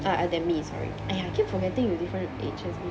ah ah then me sorry !aiya! I keep forgetting you different age as me